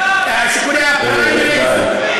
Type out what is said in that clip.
שיקולי הפריימריז, שיקולי הפריימריז, די.